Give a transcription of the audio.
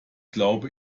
glaube